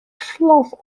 slov